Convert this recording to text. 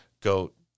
goat